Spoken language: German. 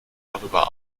darüber